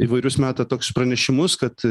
įvairius meta tokius pranešimus kad